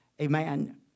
amen